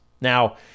Now